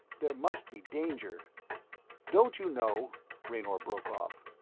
there must be danger don't you know raynor broke off.